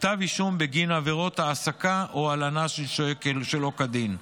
כתב אישום בגין עבירות העסקה או הלנה של שוהה שלא כדין.